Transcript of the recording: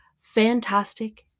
fantastic